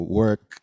work